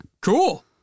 Cool